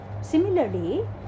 similarly